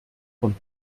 von